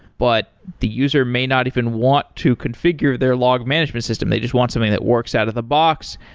but the user may not even want to configure their log management system. they just want something that works out of the box.